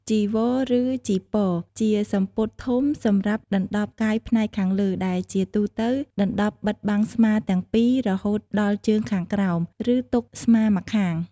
ចីវរឬចីពរ ជាសំពត់ធំសម្រាប់ដណ្ដប់កាយផ្នែកខាងលើ ដែលជាទូទៅដណ្ដប់បិទបាំងស្មាទាំងពីររហូតដល់ជើងខាងក្រោម ឬទុកស្មាម្ខាង។